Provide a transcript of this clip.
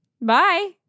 bye